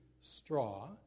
straw